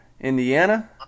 Indiana